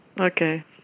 Okay